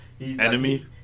Enemy